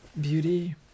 beauty